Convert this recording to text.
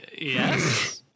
yes